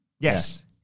Yes